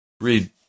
Read